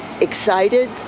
excited